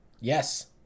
Yes